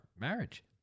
marriage